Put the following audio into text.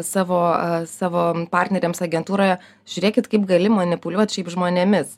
savo savo partneriams agentūroje žiūrėkit kaip gali manipuliuoti šiaip žmonėmis